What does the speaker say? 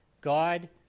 God